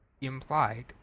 implied